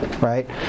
right